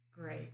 Great